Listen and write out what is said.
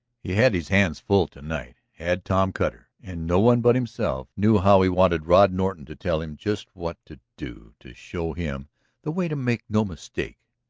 he had his hands full to-night, had tom cutter, and no one but himself knew how he wanted rod norton to tell him just what to do, to show him the way to make no mistake.